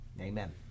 Amen